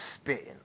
spitting